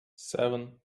seven